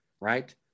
right